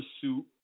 suit